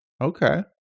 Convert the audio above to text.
Okay